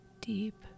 deep